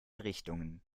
richtungen